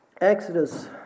Exodus